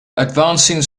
advancing